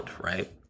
Right